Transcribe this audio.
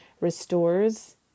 restores